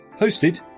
hosted